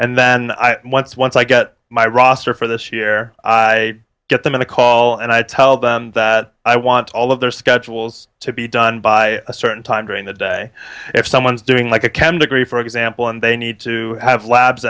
and then once once i get my roster for this year i get them a call and i tell them that i want all of their schedules to be done by a certain time during the day if someone's doing like a candidate for example and they need to have labs